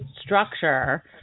structure